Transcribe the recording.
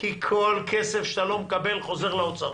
כי כל כסף שאתה לא מקבל חוזר לאוצר.